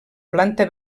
planta